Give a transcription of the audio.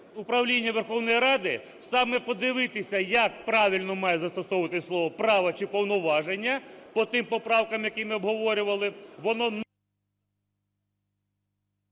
управління Верховної Ради саме подивитися, як правильно має застосовуватися слово: "право" чи "повноваження", - по тим поправкам, які ми обговорювали.